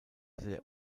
der